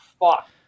fuck